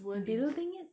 building it